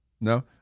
No